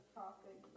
topic